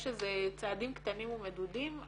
יש איזה צעדים קטנים ומדודים,